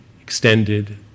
extended